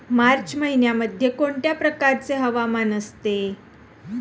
मार्च महिन्यामध्ये कोणत्या प्रकारचे हवामान असते?